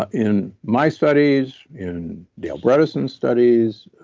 ah in my studies, in the albrechtsen studies,